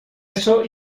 eso